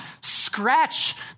scratch